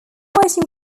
quite